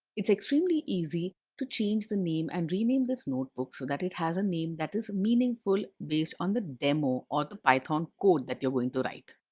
it's extremely easy to change the name and rename this notebook so that it has a name that is meaningful, based on the demo or the python code that you're going to write.